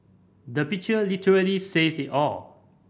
the picture literally says it all